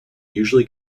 usually